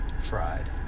fried